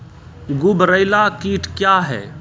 गुबरैला कीट क्या हैं?